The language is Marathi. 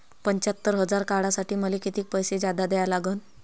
पंच्यात्तर हजार काढासाठी मले कितीक पैसे जादा द्या लागन?